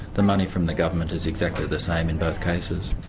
the money from the government is exactly the same in both cases.